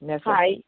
hi